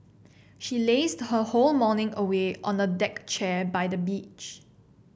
she lazed her whole morning away on a deck chair by the beach